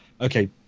okay